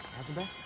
azabeth,